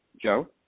joe